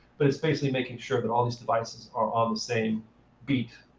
but it's basically making sure that all these devices are on the same beat,